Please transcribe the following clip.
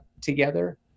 together